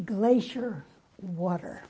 glacier water